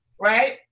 right